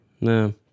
No